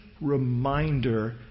reminder